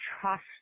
trust